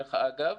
דרך אגב,